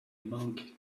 monk